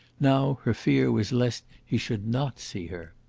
now her fear was lest he should not see her.